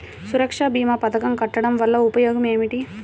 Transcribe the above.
సురక్ష భీమా పథకం కట్టడం వలన ఉపయోగం ఏమిటి?